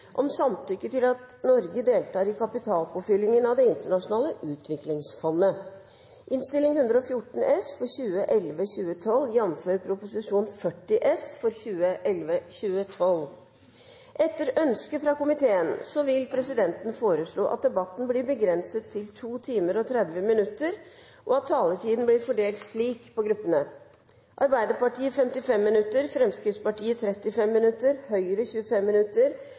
om ordet. Etter ønske fra utenriks- og forsvarskomiteen vil presidenten foreslå at sakene nr. 5, 6 og 7 behandles under ett – og anser det som vedtatt. Etter ønske fra utenriks- og forsvarskomiteen vil presidenten foreslå at debatten blir begrenset til 2 timer og 30 minutter, og at taletiden blir fordelt slik på gruppene: Arbeiderpartiet 55 minutter, Fremskrittspartiet 35 minutter, Høyre 25 minutter,